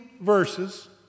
verses